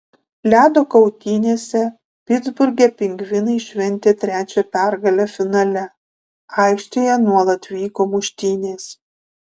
ledo kautynėse pitsburge pingvinai šventė trečią pergalę finale aikštėje nuolat vyko muštynės